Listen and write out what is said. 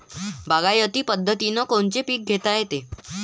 बागायती पद्धतीनं कोनचे पीक घेता येईन?